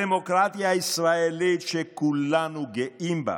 הדמוקרטיה הישראלית, שכולנו גאים בה,